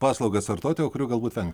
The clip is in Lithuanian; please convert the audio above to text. paslaugas vartoti o kurių galbūt vengt